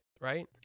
right